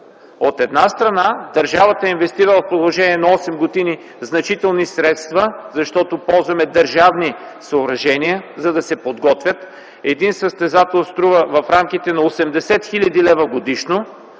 От една страна държавата е инвестирала в продължение на осем години значителни средства, защото се ползват държавни съоръжения, за да се подготвят. Един състезател струва в рамките на 80 хил. лв. годишно,